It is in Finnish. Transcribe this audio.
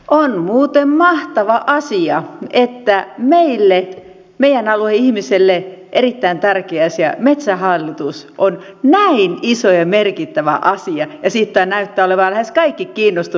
on muuten mahtava asia että meille meidän alueen ihmiselle erittäin tärkeä asia metsähallitus on näin iso ja merkittävä asia ja siitä näyttää olevan lähes kaikki kiinnostuneita